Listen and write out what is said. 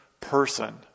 person